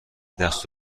دست